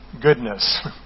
goodness